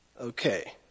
Okay